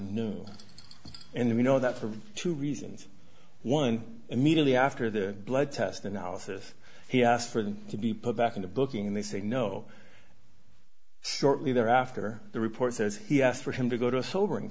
and we know that for two reasons one immediately after the blood test analysis he asked for them to be put back in the booking and they say no shortly there after the report says he asked for him to go to a sobering